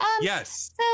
Yes